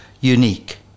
unique